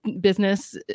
business